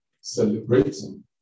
Celebrating